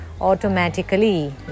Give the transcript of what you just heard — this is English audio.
automatically